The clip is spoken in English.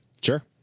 Sure